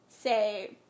say